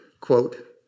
quote